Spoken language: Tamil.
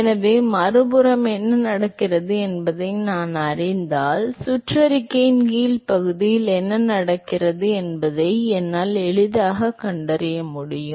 எனவே மறுபுறம் என்ன நடக்கிறது என்பதை நான் அறிந்தால் சுற்றறிக்கையின் கீழ் பகுதியில் என்ன நடக்கிறது என்பதை என்னால் எளிதாகக் கண்டறிய முடியும்